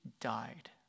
died